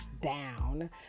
down